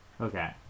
Okay